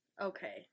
Okay